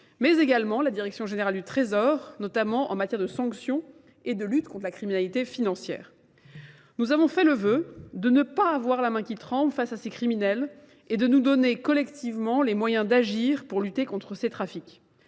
mais également la direction générale du Trésor, notamment en matière de sanctions et de lutte contre la criminalité financière. Nous avons fait le vœu de ne pas avoir la main qui tremble face à ces criminels et de nous donner collectivement les moyens d'agir pour lutter contre ces trafics.